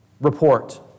report